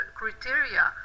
criteria